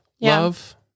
love